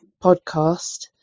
podcast